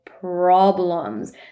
Problems